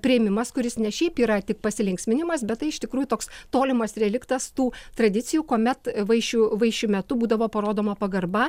priėmimas kuris ne šiaip yra tik pasilinksminimas bet tai iš tikrųjų toks tolimas reliktas tų tradicijų kuomet vaišių vaišių metu būdavo parodoma pagarba